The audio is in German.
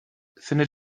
findet